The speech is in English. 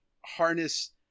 harness